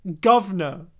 governor